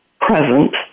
present